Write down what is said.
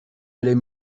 allait